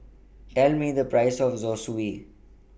Tell Me The Price of Zosui